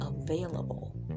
available